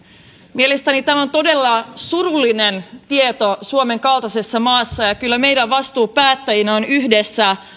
mielestäni tämä on todella surullinen tieto suomen kaltaisessa maassa ja kyllä meidän vastuumme päättäjinä on yhdessä